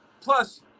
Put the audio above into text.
Plus